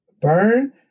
burn